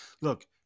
Look